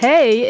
Hey